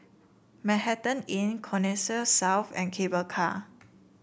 Manhattan Inn Connexis South and Cable Car